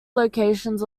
locations